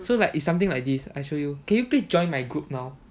so like it's something like this I show you can you please join my group now